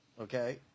okay